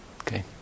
Okay